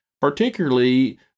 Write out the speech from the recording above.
particularly